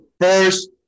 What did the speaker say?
first